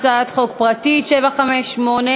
הצעת חוק פרטית 758,